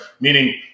meaning